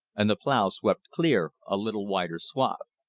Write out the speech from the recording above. and the plow swept clear a little wider swath.